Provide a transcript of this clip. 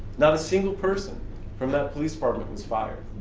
not a single person from that police department was fired,